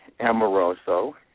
Amoroso